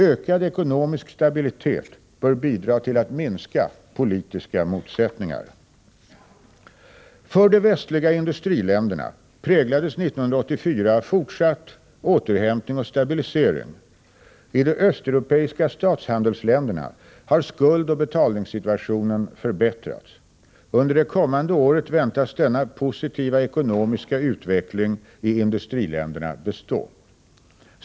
Ökad ekonomisk stabilitet bör bidra till att minska politiska motsättningar. För de västliga industriländerna präglades 1984 av fortsatt återhämtning och stabilisering. I de östeuropeiska statshandelsländerna har skuldoch betalningssituationen förbättrats. Under det kommande året väntas denna positiva ekonomiska utveckling i industriländerna bestå.